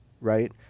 right